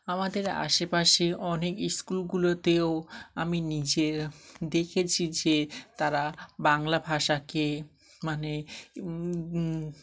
আমাদের আশেপাশে অনেক স্কুলগুলোতেও আমি নিজে দেখেছি যে তারা বাংলা ভাষাকে মানে